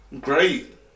Great